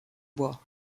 bois